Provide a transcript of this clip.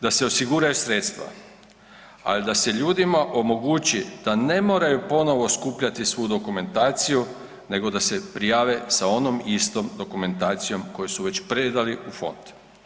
Da se osiguraju sredstva, ali da se ljudima omogući da ne moraju ponovo skupljati svu dokumentaciju nego da se prijave sa onom istom dokumentacijom koju su već predali u fond.